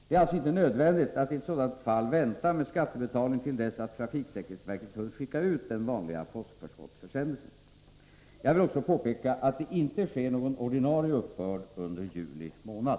Det är alltså inte nödvändigt att i ett sådant fall vänta med skattebetalningen till dess att trafiksäkerhetsverket hunnit skicka ut den vanliga postförskottsförsändelsen. Jag vill också påpeka att det inte sker någon ordinarie uppbörd under juli månad.